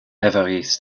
everest